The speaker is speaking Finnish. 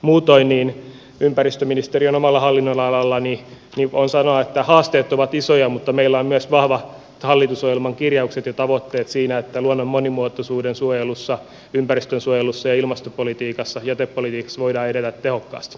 muutoin ympäristöministeriön hallinnonalalla omalla hallinnonalallani voin sanoa haasteet ovat isoja mutta meillä on myös vahvat hallitusohjelman kirjaukset ja tavoitteet siinä että luonnon monimuotoisuuden suojelussa ympäristönsuojelussa ilmastopolitiikassa ja jätepolitiikassa voidaan edetä tehokkaasti